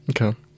Okay